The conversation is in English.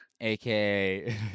aka